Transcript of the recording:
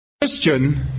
Christian